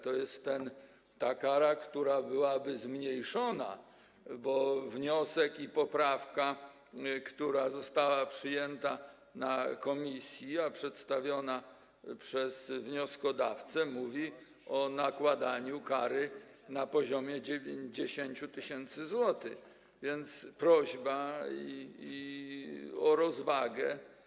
To jest ta kara, która byłaby zmniejszona, bo wniosek i poprawka, które zostały przyjęte w komisji, a przedstawione przez wnioskodawcę, mówią o nakładaniu kary na poziomie 90 tys. zł, więc prośba o rozwagę.